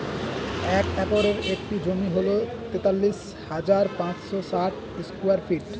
এক একরের একটি জমি হল তেতাল্লিশ হাজার পাঁচশ ষাট স্কয়ার ফিট